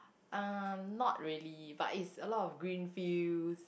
um not really but it's a lot of green fields